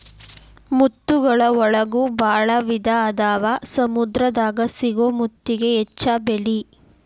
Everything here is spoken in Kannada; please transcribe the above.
ಮುತ್ತುಗಳ ಒಳಗು ಭಾಳ ವಿಧಾ ಅದಾವ ಸಮುದ್ರ ದಾಗ ಸಿಗು ಮುತ್ತಿಗೆ ಹೆಚ್ಚ ಬೆಲಿ